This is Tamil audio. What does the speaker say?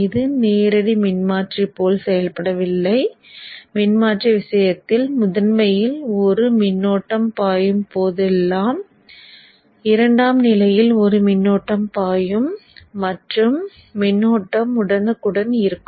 இது நேரடி மின்மாற்றி போல் செயல்படவில்லை மின்மாற்றி விஷயத்தில் முதன்மையில் ஒரு மின்னோட்டம் பாயும் போதெல்லாம் இரண்டாம்நிலையில் ஒரு மின்னோட்டம் பாயும் மற்றும் மின்னோட்டம் உடனுக்குடன் இருக்கும்